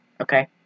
Okay